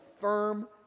firm